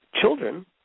children